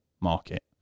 market